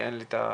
בבקשה.